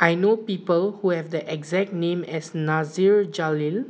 I know people who have the exact name as Nasir Jalil